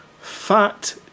Fat